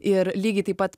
ir lygiai taip pat